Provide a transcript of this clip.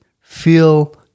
feel